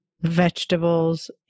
vegetables